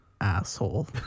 asshole